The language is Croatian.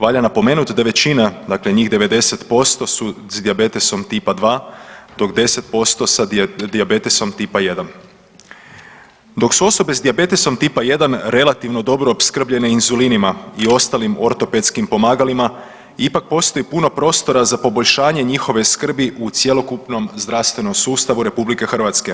Valja napomenuti da većina dakle njih 90% su s dijabetesom Tipa 2 dok 10% s dijabetesom Tipa 1. Dok su osobe s dijabetesom Tipa 1 relativno dobro opskrbljene inzulinima i ostalim ortopedskim pomagalima ipak postoji puno prostora za poboljšanje njihove skrbi u cjelokupnom zdravstvenom sustavu RH.